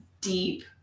deep